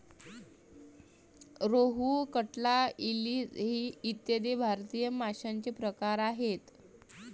रोहू, कटला, इलीस इ भारतीय माशांचे प्रकार आहेत